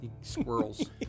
Squirrels